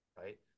right